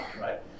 right